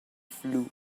flu